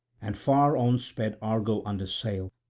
and far on sped argo under sail,